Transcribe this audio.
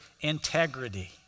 integrity